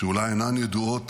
שאולי אינן ידועות